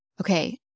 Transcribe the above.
okay